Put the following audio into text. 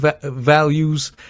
values